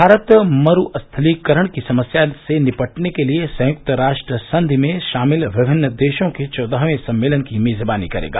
भारत मरुस्थलीकरण की समस्या से निपटने के लिए संयुक्त राष्ट्र संधि में शामिल विभिन्न देशों के चौदहवें सम्मेलन की मेजबानी करेगा